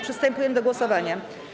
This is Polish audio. Przystępujemy do głosowania.